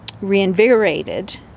reinvigorated